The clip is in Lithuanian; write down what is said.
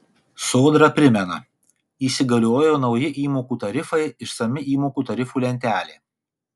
sodra primena įsigaliojo nauji įmokų tarifai išsami įmokų tarifų lentelė